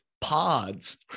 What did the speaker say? pods